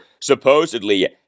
supposedly